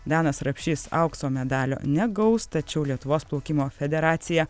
danas rapšys aukso medalio negaus tačiau lietuvos plaukimo federacija